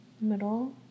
Middle